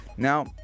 Now